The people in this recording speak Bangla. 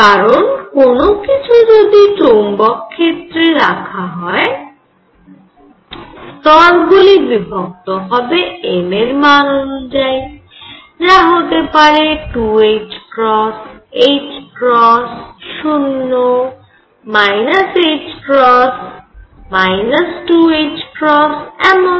কারণ কোন কিছু যদি চৌম্বক ক্ষেত্রে রাখা হয় স্তরগুলি বিভক্ত হবে m এর মান অনুযায়ী যা হতে পারে 2 0 ℏ 2ℏ এমন